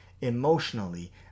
emotionally